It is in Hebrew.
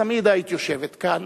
תמיד היית יושבת כאן